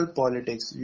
politics